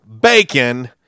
bacon